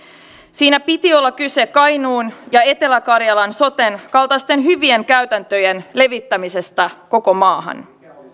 siinä piti olla kyse kainuun ja etelä karjalan soten kaltaisten hyvien käytäntöjen levittämisestä koko maahan